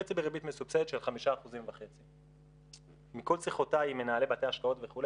חצי בריבית מסובסדת של 5.5%. מכל שיחותיי עם מנהלי בתי השקעות וכו',